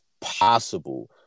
possible